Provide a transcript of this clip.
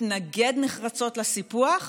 מתנגד נחרצות לסיפוח